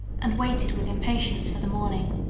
and waited with impatience for the morning.